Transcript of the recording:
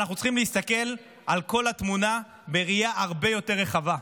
אנחנו צריכים להסתכל על כל התמונה בראייה הרבה יותר רחבה,